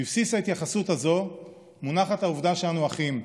בבסיס ההתייחסות הזאת מונחת העובדה שאנו אחים,